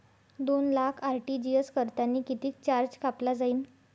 दोन लाख आर.टी.जी.एस करतांनी कितीक चार्ज कापला जाईन?